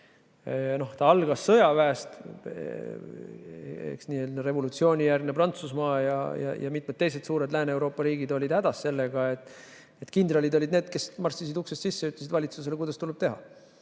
See algas sõjaväest. Revolutsioonijärgne Prantsusmaa ja mitmed teised suured Lääne-Euroopa riigid olid hädas sellega, et kindralid olid need, kes marssisid uksest sisse ja ütlesid valitsusele, kuidas tuleb teha.